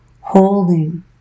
holding